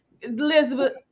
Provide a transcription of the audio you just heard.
Elizabeth